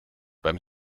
beim